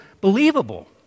believable